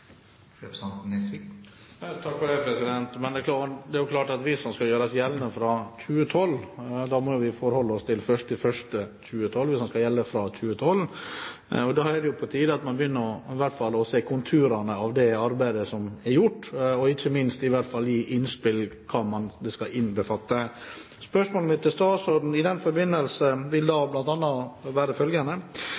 Men hvis den skal gjøres gjeldende fra 2012, må vi forholde oss til 1. januar 2012. Da er det jo på tide at man i hvert fall begynner å se konturene av det arbeidet som er gjort, og ikke minst innspill til hva det skal innbefatte. Vil man da sørge for at det er et system for billettbestilling i forbindelse med denne reiseplanleggeren? Vil